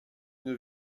une